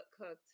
cooked